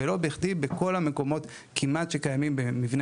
ולא בכדי שכמעט בכל המקומות שקיימים בהם מבני